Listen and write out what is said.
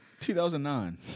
2009